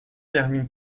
termine